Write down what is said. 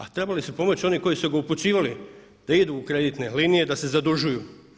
A trebali su pomoći oni koji su ga upućivali da idu u kreditne linije i da se zadužuju.